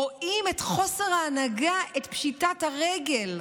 רואים את חוסר ההנהגה, את פשיטת הרגל,